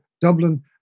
Dublin